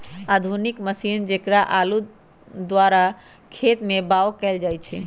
आधुनिक मशीन जेकरा द्वारा आलू खेत में बाओ कएल जाए छै